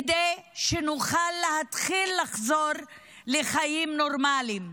כדי שנוכל להתחיל לחזור לחיים נורמליים,